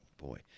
boy